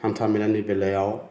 हान्था मेलानि बेलायाव